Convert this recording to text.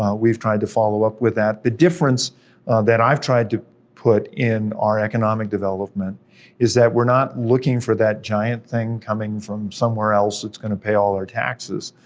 um we've tried to follow up with that. the difference that i've tried to put in our economic development is that we're not looking for that giant thing coming from somewhere else that's gonna pay all our taxes.